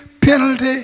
penalty